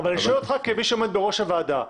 אבל אני שואל אותך כמי שעומד בראש הוועדה,